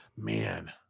man